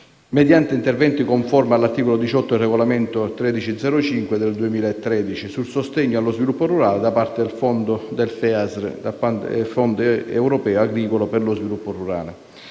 mediante interventi conformi all'articolo 18 del Regolamento UE n. 1305 del 2013 sul sostegno allo sviluppo rurale da parte del Fondo europeo agricolo per lo sviluppo rurale